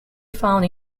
found